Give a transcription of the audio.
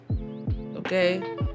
okay